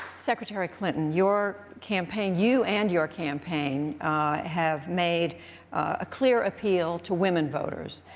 secretary clinton, your campaign you and your campaign have made a clear appeal to women voters.